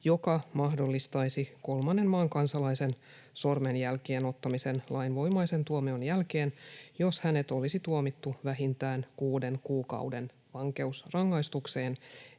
joka mahdollistaisi kolmannen maan kansalaisen sormenjälkien ottamisen lainvoimaisen tuomion jälkeen, jos hänet olisi tuomittu vähintään kuuden kuukauden vankeusrangaistukseen